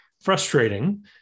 frustrating